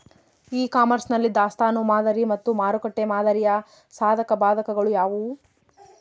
E commerce ನಲ್ಲಿ ದಾಸ್ತನು ಮಾದರಿ ಮತ್ತು ಮಾರುಕಟ್ಟೆ ಮಾದರಿಯ ಸಾಧಕಬಾಧಕಗಳು ಯಾವುವು?